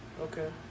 okay